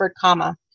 comma